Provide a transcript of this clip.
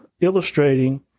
illustrating